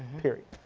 period.